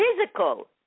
physical